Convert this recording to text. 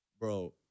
Bro